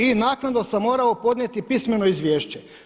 I naknadno sam morao podnijeti pismeno izvješće.